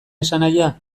esanahia